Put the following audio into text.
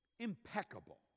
impeccable